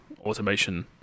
automation